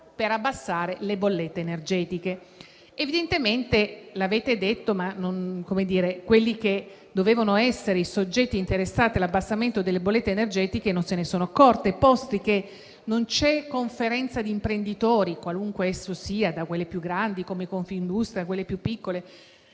per abbassare le bollette energetiche. L'avete detto, ma evidentemente coloro che dovevano essere interessati all'abbassamento delle bollette energetiche non se ne sono accorti, visto che non c'è conferenza di imprenditori, qualunque essa sia, da quelle più grandi, come Confindustria, a quelle dei piccoli